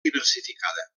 diversificada